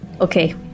Okay